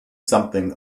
something